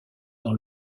dans